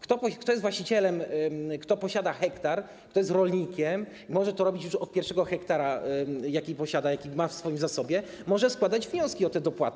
Kto jest właścicielem, kto posiada hektar, kto jest rolnikiem, może to robić już od pierwszego hektara, jaki posiada, jaki ma w swoim zasobie, może składać wnioski o te dopłaty.